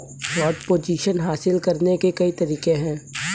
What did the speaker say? short position हासिल करने के कई तरीके हैं